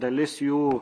dalis jų